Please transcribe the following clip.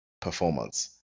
performance